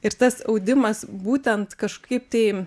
ir tas audimas būtent kažkaip tai